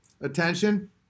attention